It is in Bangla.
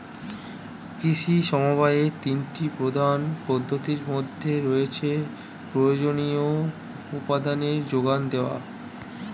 কৃষি সমবায়ের তিনটি প্রধান পদ্ধতির মধ্যে রয়েছে প্রয়োজনীয় উপাদানের জোগান দেওয়া